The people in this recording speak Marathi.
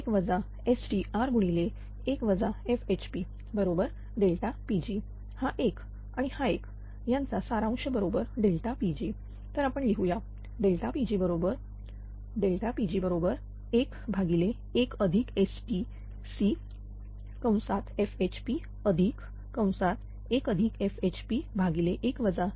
1 STr गुणिले 1 FHP बरोबर Pg हा एक आणि हा एक यांचा सारांश बरोबर Pg तर आपण लिहू या Pg बरोबर Pg11STtFHP 1FHP1 STr